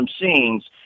scenes